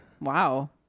Wow